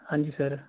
ਹਾਂਜੀ ਸਰ